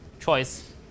choice